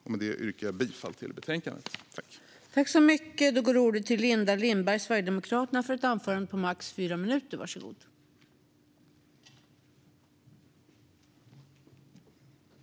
Med det yrkar jag bifall till utskottets förslag i betänkandet.